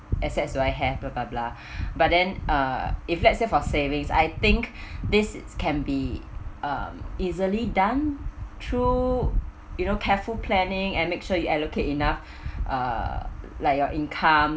assets do I have blah blah blah but then uh if let's say for savings I think this can be um easily done through you know careful planning and make sure you allocate enough uh like your income